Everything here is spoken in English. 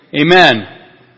Amen